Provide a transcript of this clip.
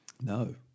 No